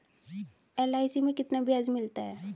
LIC में कितना ब्याज मिलता है?